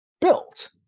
built